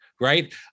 Right